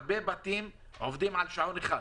הרבה בתים עובדים על שעון אחד.